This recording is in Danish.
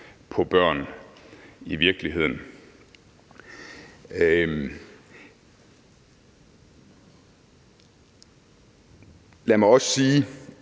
på børn i virkeligheden. Lad mig også sige,